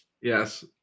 yes